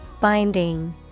Binding